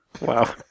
Wow